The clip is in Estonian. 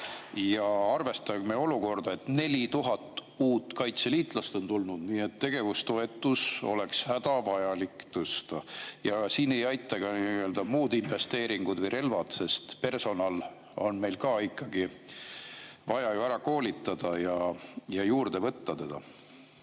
Ja arvestame ka olukorda, et 4000 uut kaitseliitlast on tulnud, nii et tegevustoetust oleks hädavajalik tõsta. Siin ei aita ka muud investeeringud või relvad, sest personal on meil ka vaja ju ära koolitada ja juurde võtta